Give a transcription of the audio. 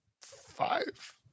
five